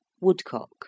woodcock